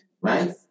right